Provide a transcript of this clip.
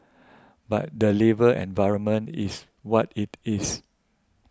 but the labour environment is what it is